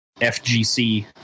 FGC